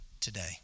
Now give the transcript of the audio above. today